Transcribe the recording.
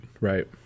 Right